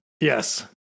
Yes